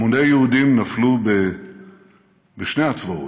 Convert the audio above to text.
המוני יהודים נפלו בשני הצבאות,